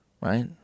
Right